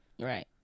right